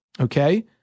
Okay